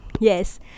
Yes